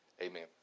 amen